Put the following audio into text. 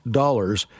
dollars